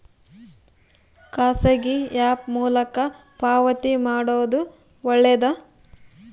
ಖಾಸಗಿ ಆ್ಯಪ್ ಮೂಲಕ ಪಾವತಿ ಮಾಡೋದು ಒಳ್ಳೆದಾ?